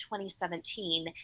2017